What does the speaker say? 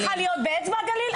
את צריכה להיות באצבע הגליל?